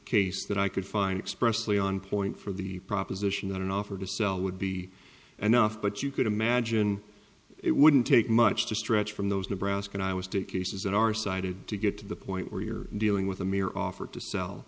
case that i could find express lee on point for the proposition that an offer to sell would be enough but you could imagine it wouldn't take much to stretch from those nebraskan i was to cases that are cited to get to the point where you're dealing with a mere offer to sell